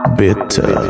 bitter